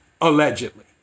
Allegedly